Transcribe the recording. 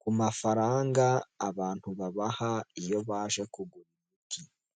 ku mafaranga abantu babaha iyo baje kugura.